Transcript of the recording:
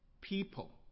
people